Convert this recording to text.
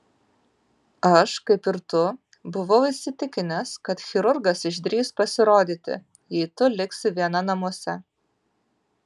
aš kaip ir tu buvau įsitikinęs kad chirurgas išdrįs pasirodyti jei tu liksi viena namuose